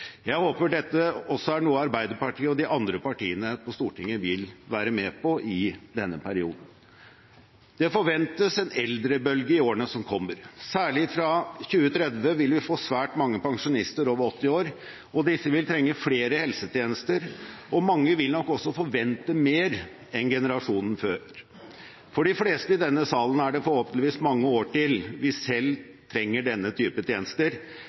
Jeg håper dette er noe også Arbeiderpartiet og de andre partiene på Stortinget vil være med på i denne perioden. Det forventes en eldrebølge i årene som kommer. Særlig fra 2030 vil vi få svært mange pensjonister over 80 år, og disse vil trenge flere helsetjenester. Mange vil nok også forvente mer enn generasjonen før. For de fleste i denne salen er det forhåpentligvis mange år til de selv trenger denne type tjenester,